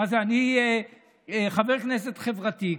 אני חבר כנסת חברתי,